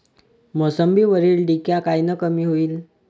मोसंबीवरील डिक्या कायनं कमी होईल?